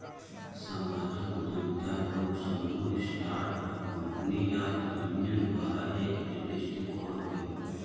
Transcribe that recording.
सामाजिक उद्यमिता लोग, समूह, स्टार्ट अप कंपनी या उद्यमियन द्वारा एक दृष्टिकोण हउवे